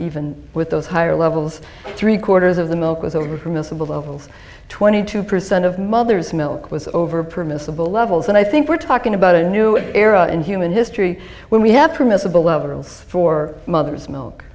even with those higher levels three quarters of the milk was over miscible levels twenty two percent of mothers milk was over permissible levels and i think we're talking about a new era in human history when we have permissible levels for mother's milk